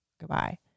Goodbye